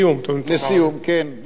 לסיום, כן, לסיום.